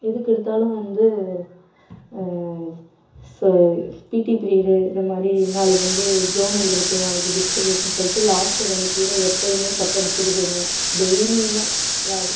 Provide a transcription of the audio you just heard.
எதுக்கெடுத்தாலும் வந்து PT period இந்தமாதிரி நாளைக்கு வந்து ஜோனல் இருக்கு நாளைக்கு டிஸ்ட்ரிக் இருக்குன்னு சொல்லிட்டு லாஸ்ட்டு ரெண்டு பீரியடை எப்பயுமே கட் அடிச்சுட்டு போய்டுவேன் டெய்லியும் அதாவது